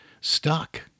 stuck